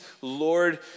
Lord